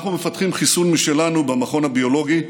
אנחנו מפתחים חיסון משלנו במכון הביולוגי,